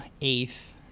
eighth